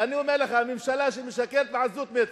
ואני אומר לך, ממשלה שמשקרת בעזות מצח.